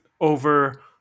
over